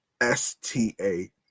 STA